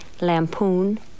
Lampoon